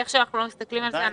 איך שאנחנו לא מסתכלים על זה,